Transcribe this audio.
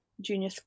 junior